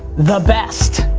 the best.